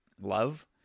love